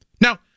Now